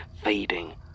fading